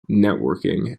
networking